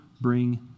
bring